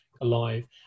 alive